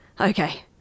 Okay